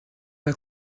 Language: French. pas